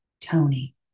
Tony